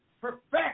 perfect